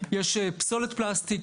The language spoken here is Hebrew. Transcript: יש פסולת פלסטיק,